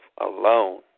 alone